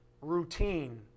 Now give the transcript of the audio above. routine